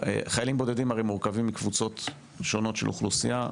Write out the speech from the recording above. חיילים בודדים הרי מורכבים מקבוצות שונות של אוכלוסייה.